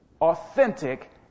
authentic